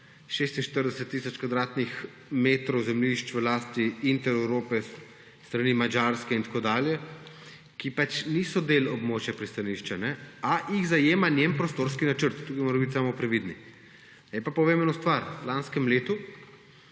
metrov zemljišč v lasti Intereurope s strani Madžarske in tako dalje, ki pač niso del območja pristanišča, a jih zajema njen prostorski načrt. Tukaj moramo biti samo previdni. Naj pa povem eno stvar. V lanskem letu